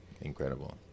incredible